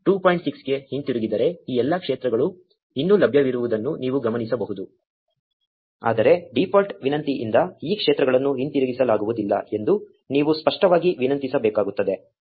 6 ಗೆ ಹಿಂತಿರುಗಿದರೆ ಈ ಎಲ್ಲಾ ಕ್ಷೇತ್ರಗಳು ಇನ್ನೂ ಲಭ್ಯವಿರುವುದನ್ನು ನೀವು ಗಮನಿಸಬಹುದು ಆದರೆ ಡೀಫಾಲ್ಟ್ ವಿನಂತಿಯಿಂದ ಈ ಕ್ಷೇತ್ರಗಳನ್ನು ಹಿಂತಿರುಗಿಸಲಾಗುವುದಿಲ್ಲ ಎಂದು ನೀವು ಸ್ಪಷ್ಟವಾಗಿ ವಿನಂತಿಸಬೇಕಾಗುತ್ತದೆ